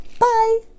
Bye